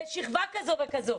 לשכבה כזו וכזו.